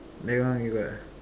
that one you got